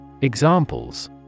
Examples